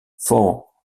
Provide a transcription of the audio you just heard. fort